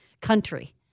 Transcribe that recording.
country